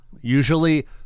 Usually